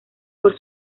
por